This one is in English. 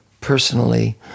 personally